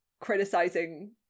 criticizing